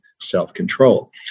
self-control